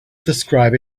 describe